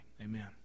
Amen